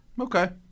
Okay